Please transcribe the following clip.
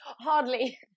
hardly